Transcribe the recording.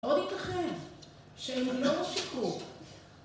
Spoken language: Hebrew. מאוד ייתכן, שהם לא שיקרו